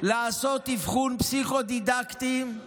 לעשות אבחון פסיכו-דידקטי, עליזה,